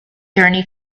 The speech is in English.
journey